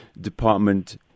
Department